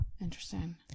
interesting